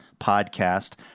podcast